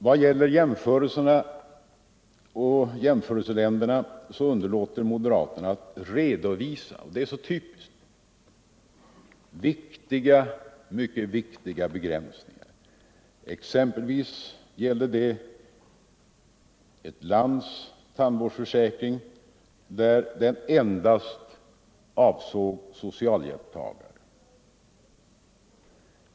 Vad gäller jämförelserna med andra länder underlåter moderaterna att redovisa — det är också typiskt — mycket viktiga begränsningar. Detta gäller exempelvis den tandvårdsförsäkring i ett land som endast avsåg socialhjälpstagare.